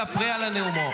נאלח, על דוכן המליאה.